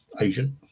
agent